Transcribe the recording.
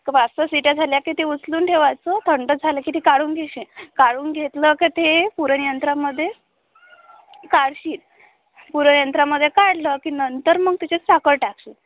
क पाचसहा शिट्या झाल्या की ते उचलून ठेवायचं थंड झालं की ती काढून घेशीन काढून घेतलं की ते पुरणयंत्रामधे काढशील पुरण यंत्रामधे काढलं की नंतर मग तेचात साखर टाकशीन